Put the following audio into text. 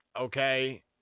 Okay